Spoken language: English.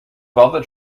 bother